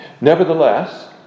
Nevertheless